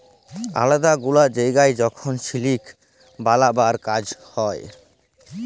আলেদা গুলা জায়গায় যখল সিলিক বালাবার কাজ হ্যয়